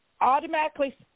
automatically